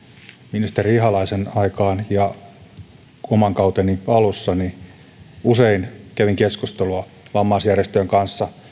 ministeri ihalaisen aikaan ja oman kauteni alussa niin usein kävin keskustelua vammaisjärjestöjen kanssa